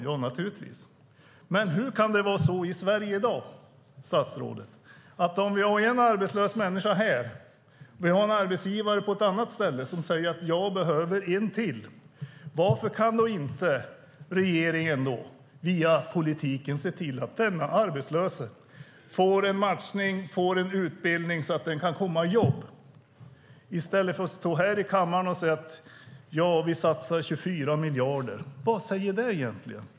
Ja, naturligtvis! Hur kan det vara så i Sverige i dag att även om vi har en arbetslös människa på en plats och en arbetsgivare på ett annat ställe som behöver anställa en till kan inte regeringen via politiken se till att den arbetslöse får en matchning och en utbildning och komma i jobb? I stället står ministern här i kammaren och säger att ni satsar 24 miljarder. Vad säger det egentligen?